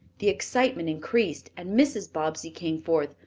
the excitement increased, and mrs. bobbsey came forth,